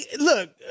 look